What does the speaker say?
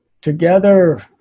together